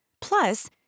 Plus